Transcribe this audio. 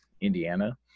Indiana